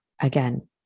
again